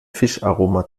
fischaroma